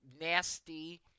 nasty